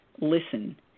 listen